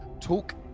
talk